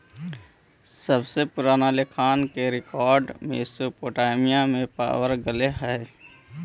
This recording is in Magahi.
सबसे पूरान लेखांकन के रेकॉर्ड मेसोपोटामिया में पावल गेले हलइ